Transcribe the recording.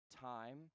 time